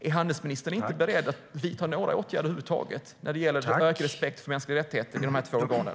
Är handelsministern inte beredd att vidta några åtgärder över huvud taget för ökad respekt för de mänskliga rättigheterna i de två organen?